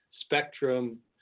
Spectrum